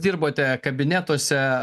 dirbote kabinetuose